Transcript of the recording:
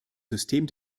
system